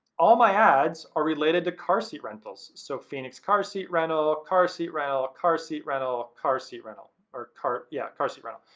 all my ads are related to car seat rentals. so phoenix car seat rental, car seat rental, car seat rental, car seat rental, car yeah car seat rental.